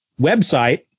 website